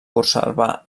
conservar